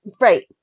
Right